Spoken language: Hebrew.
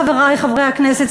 חברי חברי הכנסת,